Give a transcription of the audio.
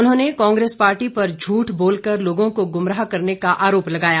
उन्होंने कांग्रेस पार्टी पर झूठ बोलकर लोगों को गुमराह करने का आरोप लगाया